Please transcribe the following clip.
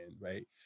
right